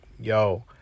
Yo